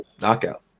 knockout